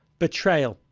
betrayal,